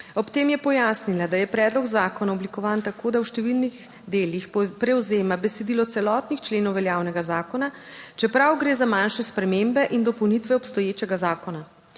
Ob tem je pojasnila, da je predlog zakona oblikovan tako, da v številnih delih prevzema besedilo celotnih členov veljavnega zakona, čeprav gre za manjše spremembe in dopolnitve obstoječega zakona.